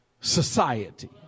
society